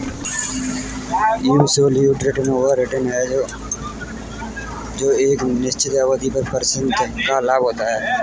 absolute return वह return है जो एक निश्चित अवधि में परिसंपत्ति का लाभ होता है